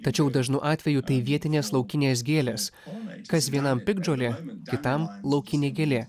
tačiau dažnu atveju tai vietinės laukinės gėlės kas vienam piktžolė kitam laukinė gėlė